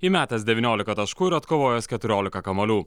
įmetęs devyniolika taškų ir atkovojęs keturiolika kamuolių